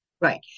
Right